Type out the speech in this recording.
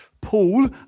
Paul